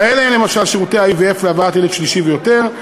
כאלה הם למשל שירותי IVF להבאת ילד שלישי ויותר,